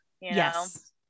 Yes